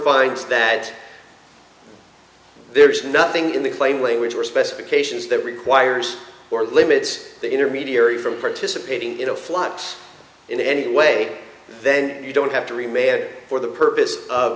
finds that there is nothing in the claim language or specifications that requires or limits the intermediary from participating in a flops in any way then you don't have to remain for the purpose of